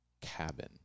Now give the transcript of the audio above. cabin